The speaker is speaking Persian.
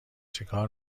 چکار